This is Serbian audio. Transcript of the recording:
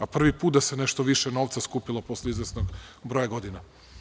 A prvi put da se nešto više novca skupilo posle izvesnog broja godina.